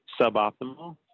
suboptimal